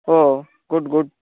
oh good good